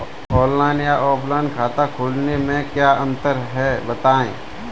Online या offline खाता खोलने में क्या अंतर है बताएँ?